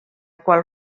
qual